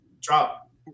drop